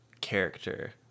character